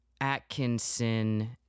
Atkinson